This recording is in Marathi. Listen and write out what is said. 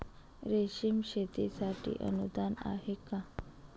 रेशीम शेतीसाठी अनुदान आहे का?